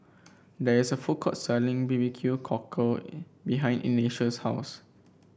there is a food court selling B B Q Cockle behind Ignatius' house